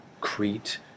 crete